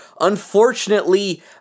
unfortunately